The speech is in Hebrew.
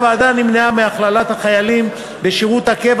הוועדה נמנעה מהכללת החיילים בשירות הקבע